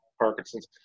Parkinson's